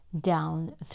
down